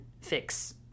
fix